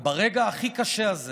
וברגע הכי קשה הזה